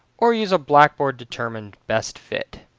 or use a blackboard-determined best fit.